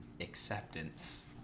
acceptance